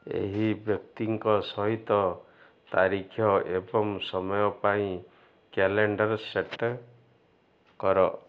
ଏହି ବ୍ୟକ୍ତିଙ୍କ ସହିତ ତାରିଖ ଏବଂ ସମୟ ପାଇଁ କ୍ୟାଲେଣ୍ଡର ସେଟ୍ କର